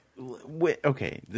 okay